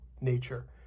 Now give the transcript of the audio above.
nature